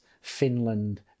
Finland